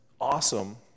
awesome